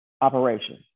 operation